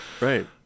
right